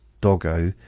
Doggo